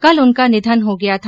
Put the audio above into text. कल उनका निधन हो गया था